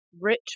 Rich